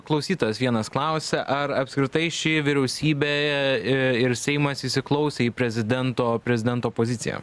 klausytojas vienas klausia ar apskritai ši vyriausybė ir ir seimas įsiklausė į prezidento prezidento poziciją